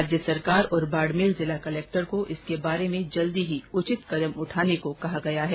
राज्य सरकार और बाड़मेर जिला कलक्टर को इसके लिए जल्दी ही उचित कदम उठाने को कहा गया है